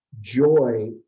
joy